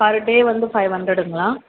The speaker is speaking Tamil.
பெர் டே வந்து ஃபைவ் ஹண்ட்ரடுங்களா